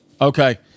Okay